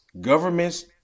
governments